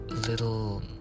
little